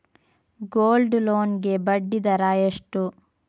Gold loan ಗೆ ಬಡ್ಡಿ ದರ ಎಷ್ಟು?